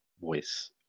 voice